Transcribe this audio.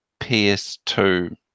PS2